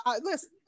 listen